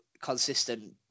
consistent